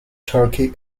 turkey